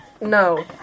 No